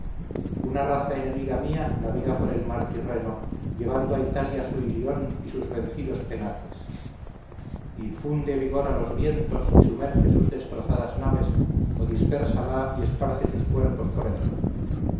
una raza enemiga mía navega por el mar tirreno llevando a italia su ilión y sus vencidos penates infunde vigor a los vientos y sumerge sus destrozadas naves o dispérsala y esparce sus cuerpos por el mar